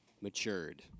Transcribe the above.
matured